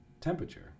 temperature